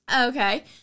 Okay